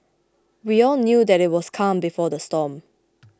we all knew that it was the calm before the storm